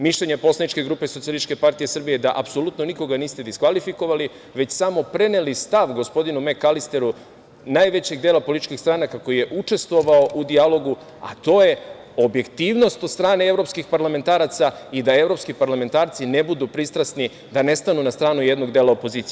Mišljenje poslaničke grupe SPS je da apsolutno niste nikoga diskvalifikovali, već samo preneli stav gospodinu Mekalisteru, najvećeg dela političkih stranaka koji je učestvovao u dijalogu, a to je objektivnost od strane evropskih parlamentaraca i da evropski parlamentarci ne budu pristrasni, da ne stanu na stranu jednog dela opozicije.